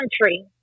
country